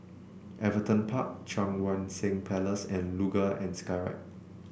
Everton Park Cheang Wan Seng Place and Luge and Skyride